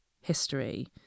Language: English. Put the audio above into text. history